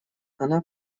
она